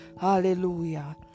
Hallelujah